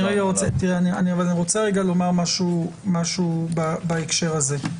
אני רוצה לומר משהו בהקשר הזה.